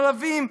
ערבים,